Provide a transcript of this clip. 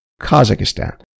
Kazakhstan